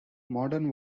modern